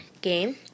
game